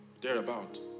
Thereabout